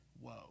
Whoa